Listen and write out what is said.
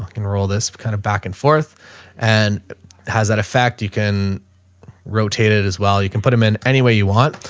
can roll this kind of back and forth and has that effect. you can rotate it as well. you can put them in any way you want.